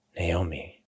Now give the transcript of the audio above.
Naomi